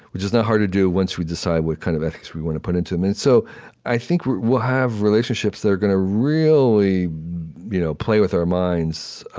which is not hard to do, once we decide what kind of ethics we want to put into them. and so i think we'll have relationships that are gonna really you know play with our minds,